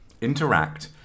interact